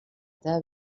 teva